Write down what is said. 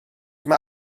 mae